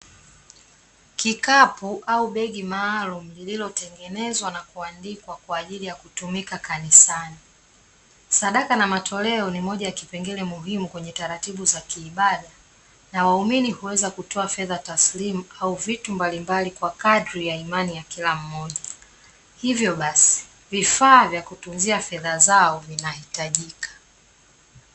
Kikapu au begi maalumu lilotengenezwa na kuandikwa, kwa ajili ya kutumika kanisani. Sadaka na matoleo ni moja ya kipengele muhimu kwenye taratibu za kiibada, na waumini huweza kutoa fedha taslimu au vitu mbalimbali kwa kadri ya imani ya kila mmoja. Hivyo basi vifaa vya kutunzia fedha zao vinahitajika.